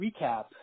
Recap